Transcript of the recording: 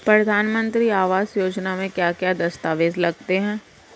प्रधानमंत्री आवास योजना में क्या क्या दस्तावेज लगते हैं?